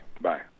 bye